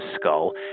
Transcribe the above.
skull